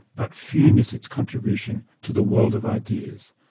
but few miss its contribution to the world of ideas.